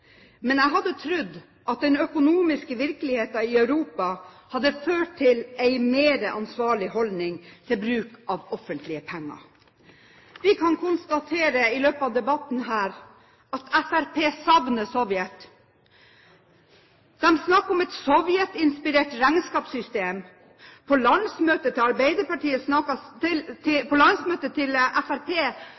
men jeg hadde trodd at den økonomiske virkeligheten i Europa hadde ført til en mer ansvarlig holdning til bruk av offentlige penger. Vi har kunnet konstatere i løpet av debatten at Fremskrittspartiet savner Sovjetunionen. De snakker om et sovjetinspirert regnskapssystem. På landsmøtet til Fremskrittspartiet snakket Siv Jensen om at helsevesenet vårt er på